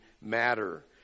matter